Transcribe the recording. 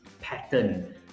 pattern